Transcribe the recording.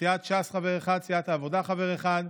סיעת ש"ס, חבר אחד, סיעת העבודה, חבר אחד,